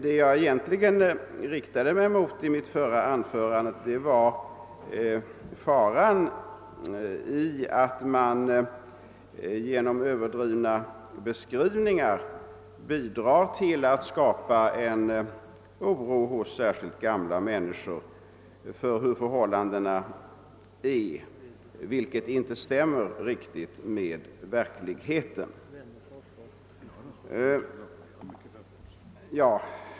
Vad jag egentligen riktade mig mot i mitt förra anförande var faran i att man genom överdrivna beskrivningar bidrar till att skapa en oro, särskilt hos gamla människor, för hur förhållandena är och därmed ger en bild av brottsligheten som inte stämmer riktigt med verkligheten.